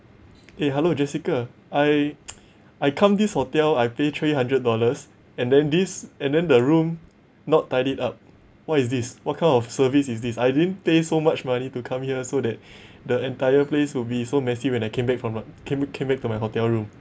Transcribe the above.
eh hello jessica I I come this hotel I pay three hundred dollars and then this and then the room not tidied up what is this what kind of service is this I didn't pay so much money to come here so that the entire place will be so messy when I came back from the came came back to my hotel room